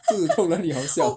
肚子痛哪里好笑